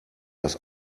das